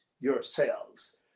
yourselves